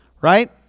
right